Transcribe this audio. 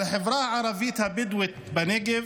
על החברה הבדואית בנגב